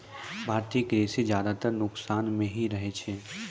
भारतीय कृषि ज्यादातर नुकसान मॅ ही रहै छै